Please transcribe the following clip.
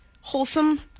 wholesome